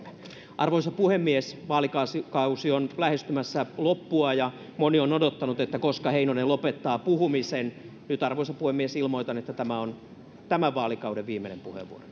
arvoisa puhemies vaalikausi on lähestymässä loppua ja moni on odottanut koska heinonen lopettaa puhumisen nyt arvoisa puhemies ilmoitan että tämä on tämän vaalikauden viimeinen